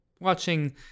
watching